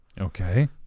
Okay